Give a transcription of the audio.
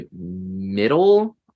middle